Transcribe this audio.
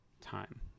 time